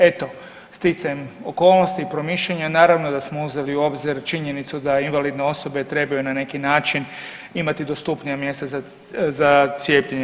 Eto, sticajem okolnosti i promišljanja naravno da smo uzeli u obzir činjenicu da invalidne osobe trebaju na neki način imati dostupnija mjesta za cijepljenje.